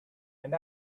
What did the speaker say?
and